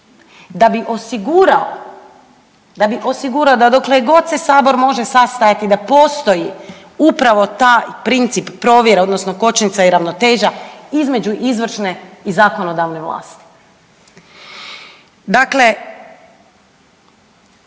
da bi osigurao da dok se Sabor može sastajati da postoji upravo taj princip provjera odnosno kočnica i ravnoteža između izvršne i zakonodavne vlasti. Dakle,